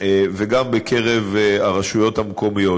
וגם ברשויות המקומיות.